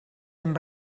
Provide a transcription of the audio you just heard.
amb